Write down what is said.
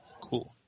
Cool